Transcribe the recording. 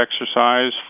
exercise